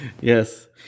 Yes